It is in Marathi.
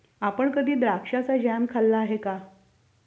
आपण कधी द्राक्षाचा जॅम खाल्ला आहे का?